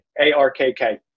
arkk